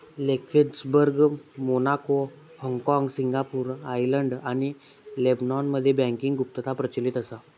Luxembourg, Monaco, हाँगकाँग, Singapore, Ireland आणि लेबनॉनमध्ये बँकिंग गुप्तता प्रचलित असा